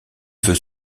veut